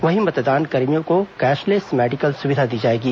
वहीं मंतदानकर्मियों को कैशलेस मेडिकल सुविधा दी जाएगी